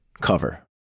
cover